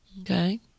Okay